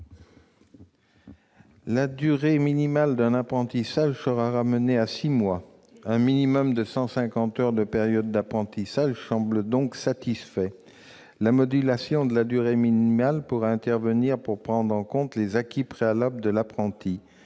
La durée minimale d'un apprentissage sera ramenée à six mois ; un minimum de 150 heures de période d'apprentissage semble donc satisfait. La modulation de la durée minimale pourra intervenir pour prendre en compte les acquis préalables de l'apprenti,